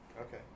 Okay